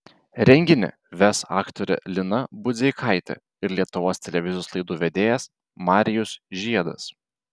renginį ves aktorė lina budzeikaitė ir lietuvos televizijos laidų vedėjas marijus žiedas